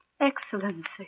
Excellency